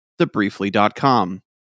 theBriefly.com